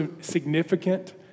significant